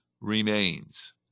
remains